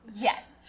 Yes